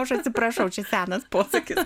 aš atsiprašau čia senas posakis